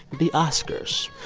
the oscars.